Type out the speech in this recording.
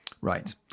Right